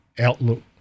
outlook